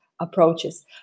approaches